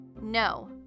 No